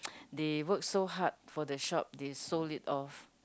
they work so hard for the shop they sold it off